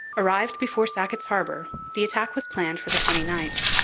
arrived before sackett's harbour, the attack was planned for the twenty ninth.